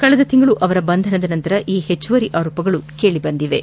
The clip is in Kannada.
ಕಳೆದ ತಿಂಗಳು ಅವರ ಬಂಧನದ ನಂತರ ಈ ಹೆಚ್ಚುವರಿ ಆರೋಪಗಳು ಕೇಳಿಬಂದಿವೆ